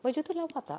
baju tu nampak tak